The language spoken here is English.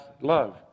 love